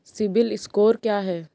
CIBIL score क्या है?